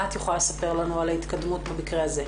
מה את יכולה לספר לנו על ההתקדמות במקרה הזה?